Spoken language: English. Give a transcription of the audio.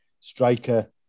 striker